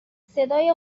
صدای